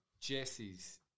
Jesse's